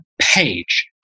page